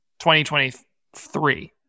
2023